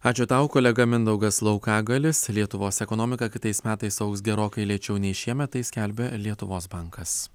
ačiū tau kolega mindaugas laukagalis lietuvos ekonomika kitais metais augs gerokai lėčiau nei šiemet tai skelbia lietuvos bankas